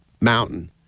mountain